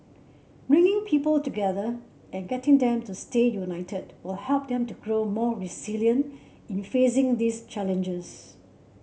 bringing people together and getting them to stay united will help them to grow more resilient in facing these challenges